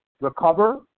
Recover